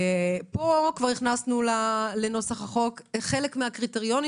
פה כבר הכנסנו לנוסח החוק חלק מהקריטריונים